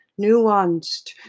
nuanced